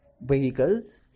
vehicles